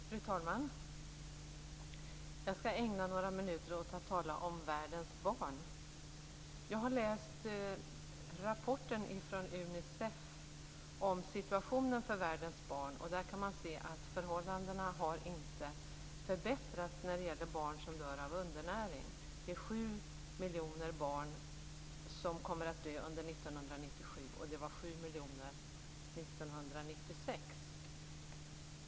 Fru talman! Jag skall ägna några minuter åt att tala om världens barn. Jag har läst rapporten från Unicef om situationen för världens barn. Den visar att förhållandena vad gäller barn som dör av undernäring inte har förbättrats. I rapporten skrev man att sju miljoner barn skulle komma att dö under 1997 och att sju miljoner dog 1996.